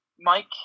Mike